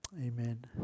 Amen